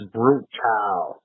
brutal